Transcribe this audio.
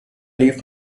leaf